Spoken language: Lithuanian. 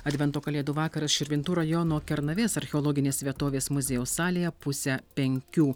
advento kalėdų vakaras širvintų rajono kernavės archeologinės vietovės muziejaus salėje pusę penkių